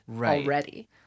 already